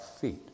feet